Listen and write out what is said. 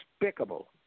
despicable